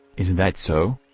is that so?